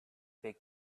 big